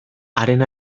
haren